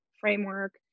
framework